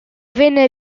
venne